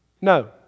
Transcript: no